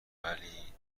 ولی